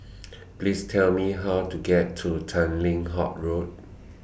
Please Tell Me How to get to Tanglin Halt Road